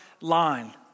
line